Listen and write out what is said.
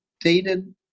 dated